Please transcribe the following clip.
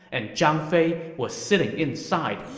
and zhang fei was sitting inside,